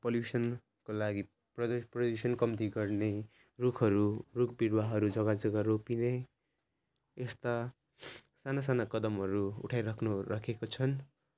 पोल्युसनको लागि प्रदू प्रदूषण कम्ती गर्ने रुखहरू रुख बिरुवाहरू जग्गा जग्गामा रोपिने यस्ता साना साना कदमहरू उठाइराख्नु राखेको छन्